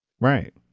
right